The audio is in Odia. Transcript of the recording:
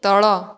ତଳ